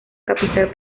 capital